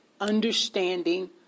understanding